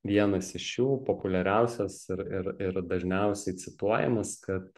vienas iš jų populiariausias ir ir ir dažniausiai cituojamas kad